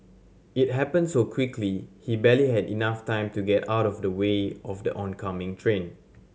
it happened so quickly he barely had enough time to get out of the way of the oncoming train